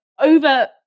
over-